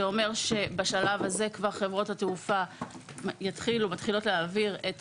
זה אומר שבשלב הזה חברות התעופה כבר מתחילות להעביר את